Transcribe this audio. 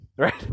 right